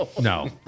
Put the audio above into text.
No